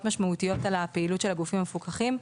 משמעותיות על הפעילות של הגופים המפוקחים.